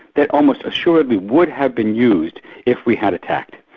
they almost assuredly would have been used if we had attacked.